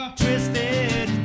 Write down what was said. twisted